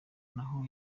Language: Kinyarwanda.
naho